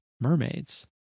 mermaids